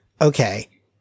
Okay